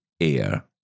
Air